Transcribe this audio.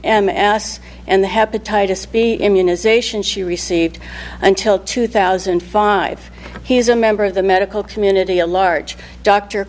an ass and the hepatitis b immunisation she received until two thousand and five he's a member of the medical community a large d